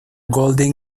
golden